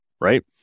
right